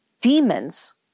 demons